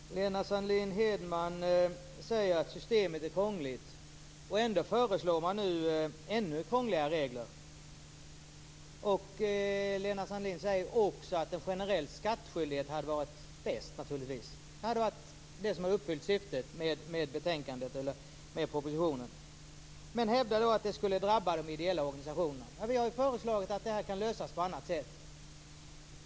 Fru talman! Lena Sandlin-Hedman säger att systemet är krångligt. Ändå föreslås nu ännu krångligare regler. Lena Sandlin-Hedman säger också att generell skattskyldighet naturligtvis hade varit bäst, att det hade uppfyllt syftet med propositionen och betänkandet, men hävdar att det skulle drabba de ideella organisationerna. Vi har föreslagit en lösning på annat sätt.